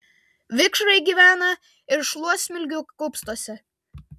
vikšrai gyvena ir šluotsmilgių kupstuose